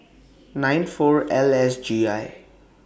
nine four L S G I